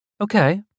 Okay